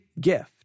gift